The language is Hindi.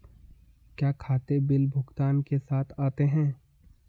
क्या खाते बिल भुगतान के साथ आते हैं?